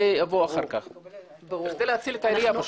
זה כדי להציל את העירייה.